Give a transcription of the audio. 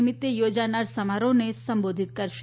નિમિત્તે યોજાનારા સમારોહને સંબોધિત કરશે